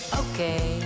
okay